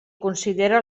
considera